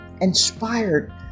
inspired